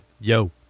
Yo